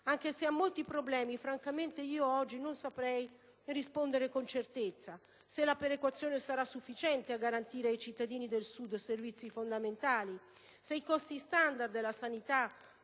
anche se a molti problemi francamente oggi io non saprei rispondere con certezza: se cioè la perequazione sarà sufficiente a garantire ai cittadini del Sud i servizi fondamentali; se i costi standard della sanità